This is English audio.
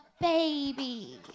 baby